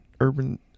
Urban